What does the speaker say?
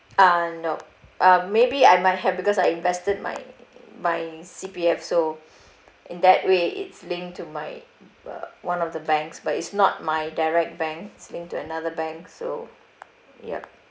uh nope uh maybe I might have because I invested my my C_P_F so in that way it's linked to my uh one of the banks but it's not my direct bank linked to another bank so yup